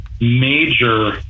major